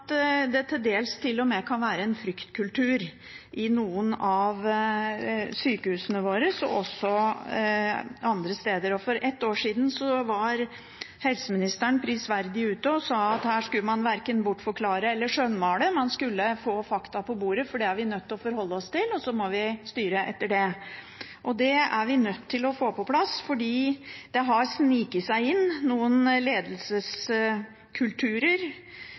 det til dels til og med kan være en fryktkultur i noen av sykehusene våre og også andre steder. For et år siden var helseministeren prisverdig ute og sa at her skulle man verken bortforklare eller skjønnmale. Man skulle få fakta på bordet, for det er vi nødt til å forholde oss til, og så må vi styre etter det. Det er vi nødt til å få på plass fordi det har sneket seg inn noen ledelseskulturer